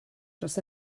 dros